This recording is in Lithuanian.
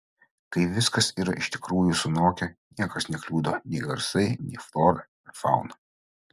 kai viskas yra iš tikrųjų sunokę niekas nekliudo nei garsai nei flora ar fauna